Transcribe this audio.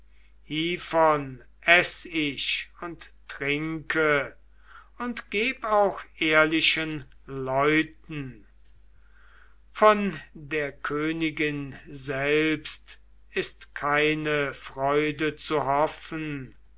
eß ich und trinke und geb auch ehrlichen leuten von der königin selbst ist keine freude zu hoffen